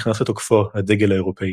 נכנס לתוקפו הדגל האירופי,